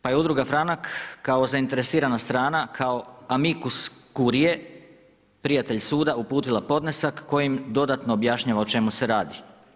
Pa je udruga Franak kao zainteresirana strana, kao amicus curiae, prijatelj suda, uputila podnesak kojim dodatno objašnjava o čemu se radi.